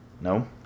No